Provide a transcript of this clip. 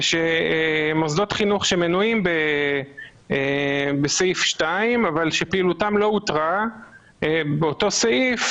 ושמוסדות חינוך שמנויים בסעיף 2 אבל שפעילותם לא הותרה באותו סעיף